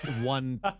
one